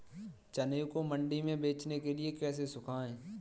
चने को मंडी में बेचने के लिए कैसे सुखाएँ?